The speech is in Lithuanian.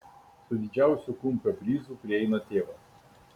su didžiausiu kumpio bryzu prieina tėvas